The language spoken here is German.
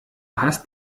hast